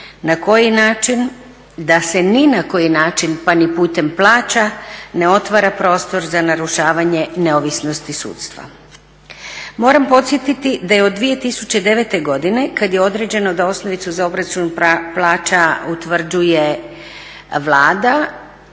na koji način, da se ni na koji način pa ni putem plaća ne otvara prostor za narušavanje neovisnosti sudstva. Moram podsjetiti da je od 2009. godine kad je određeno da osnovicu za obračun plaća utvrđuje Vlada,